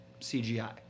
CGI